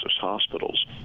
hospitals